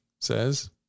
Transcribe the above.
says